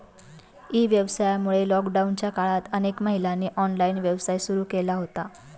E व्यवसायामुळे लॉकडाऊनच्या काळात अनेक महिलांनी ऑनलाइन व्यवसाय सुरू केला होता